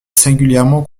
singulièrement